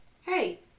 Hey